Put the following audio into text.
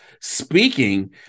speaking